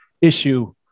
issue